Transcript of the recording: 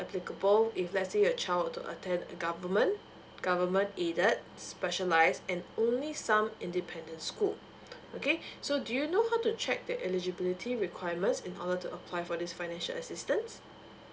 applicable if let's say your child were to attend a government government aided specialize and only some independent school okay so do you know how to check the eligibility requirements in order to apply for this financial assistance